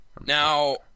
Now